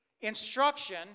instruction